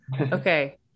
okay